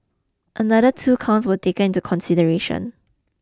another two counts were taken to consideration